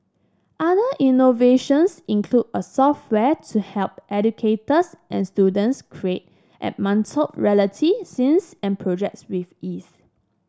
other innovations include a software to help educators and students create augmented reality scenes and projects with ease